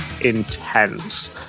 Intense